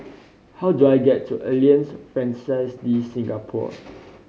how do I get to Alliance Francaise De Singapour